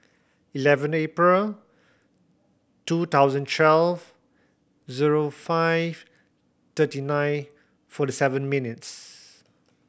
eleven April two thousand twelve zero five thirty nine forty seven minutes